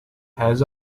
has